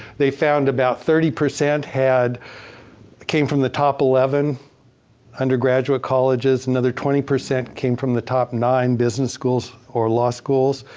they found about thirty percent had came from the top eleven undergraduate colleges. another twenty percent came from the top nine business schools or law schools.